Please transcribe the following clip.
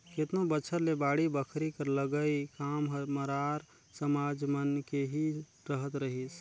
केतनो बछर ले बाड़ी बखरी कर लगई काम हर मरार समाज मन के ही रहत रहिस